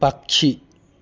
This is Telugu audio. పక్షి